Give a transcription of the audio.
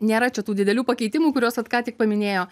nėra čia tų didelių pakeitimų kuriuos vat ką tik paminėjo